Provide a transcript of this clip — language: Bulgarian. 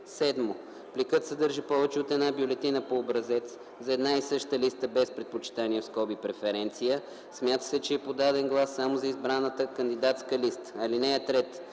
7. пликът съдържа повече от една бюлетина по образец за една и съща листа без предпочитание (преференция) – смята се, че е подаден глас само за избраната кандидатска листа. (3) Гласът